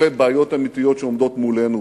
אלה בעיות אמיתיות שעומדות מולנו,